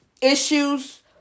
issues